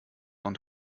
und